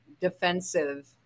defensive